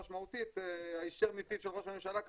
משמעותית היישר מפיו של ראש הממשלה כנראה.